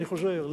אני חוזר,